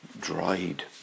dried